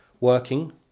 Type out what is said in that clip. working